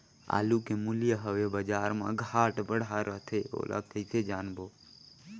आलू के मूल्य हवे बजार मा घाट बढ़ा रथे ओला कइसे जानबो?